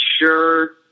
sure